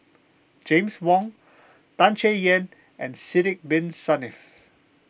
James Wong Tan Chay Yan and Sidek Bin Saniff